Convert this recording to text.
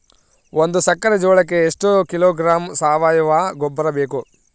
ಒಂದು ಎಕ್ಕರೆ ಜೋಳಕ್ಕೆ ಎಷ್ಟು ಕಿಲೋಗ್ರಾಂ ಸಾವಯುವ ಗೊಬ್ಬರ ಬೇಕು?